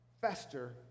fester